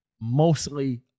mostly